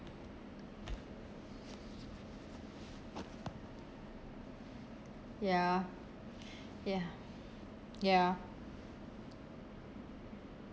ya ya ya